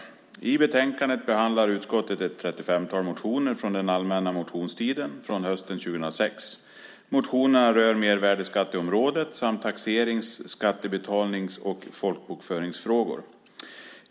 I betänkandet behandlar utskottet ca 35 motioner från den allmänna motionstiden hösten 2006. Motionerna rör mervärdesskatteområdet samt taxerings-, skattebetalnings och folkbokföringsfrågor.